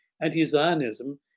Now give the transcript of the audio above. Anti-Zionism